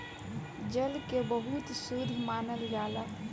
जल के बहुत शुद्ध मानल जाला